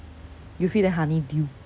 you feed them honeydew